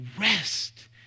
rest